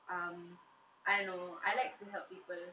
um I don't know I like to help people